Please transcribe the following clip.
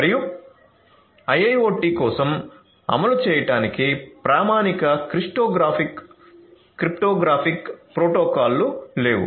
మరియు IIoT కోసం అమలు చేయడానికి ప్రామాణిక క్రిప్టోగ్రాఫిక్ ప్రోటోకాల్లు లేవు